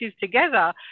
together